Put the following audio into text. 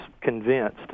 convinced